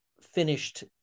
finished